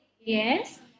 Yes